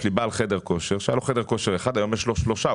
יש בעל חדר כושר שהיה לו חדר כושר אחד והיום יש לו שלושה.